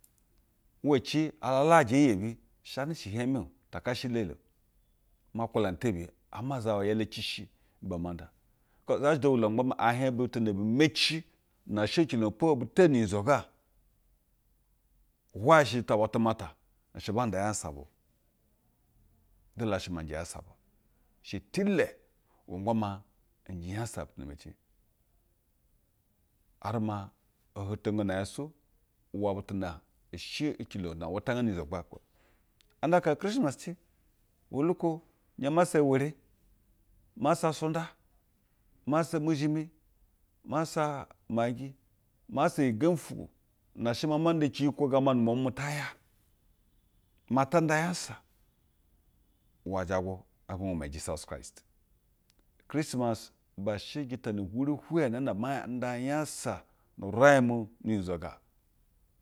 Uwa a alajɛ eyebi shanɛ ihieme takashe elde o ima nkwulana tebiya ama zawa i ele ci shi ibe manda. Kos ge zha shɛ duwulo ma gba maa ɛ hieg butu na bi mexi na she ecilo na po ebi teni unyizo go, hwaye she jita bwa tumata, ishɛ dowulo ma gba maa e hiej butu ba ni meci na ecilo na po ebi teni unyizo ga, hwayɛ shɛ jita bwa tumata, ishɛ ba nda unyasa bwa a. Dole yaa she maa nje unyasa ubwa a. I hse tile magha maa nje unyasa butu na bi meci hare maa ohontjgono ya su iwɛ butu she ecilo na untangane unyizo kwpaj kpaaj a anda aka krismar ci, ohwulu ko nshe were ma sujda ma samuzhimi ma sa magi ma sa iyi gembi ufwugwo. Na she maa ma nda ciyikwo gamba nu mwamwa mu ta ya maa ta ndo unyasa, iwe thagwu agwangwama tisus kraist. Ksrimas be she jita na hwuro hweɛ naa na ma yenda unyasa nu rain mu nu unyizo ga